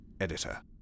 Editor